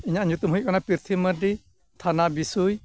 ᱤᱧᱟᱹᱜ ᱧᱩᱛᱩᱢ ᱦᱩᱭᱩᱜ ᱠᱟᱱᱟ ᱯᱨᱤᱛᱷᱤ ᱢᱟᱨᱰᱤ ᱛᱷᱟᱱᱟ ᱵᱤᱥᱳᱭ